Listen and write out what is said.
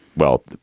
well,